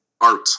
art